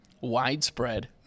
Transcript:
Widespread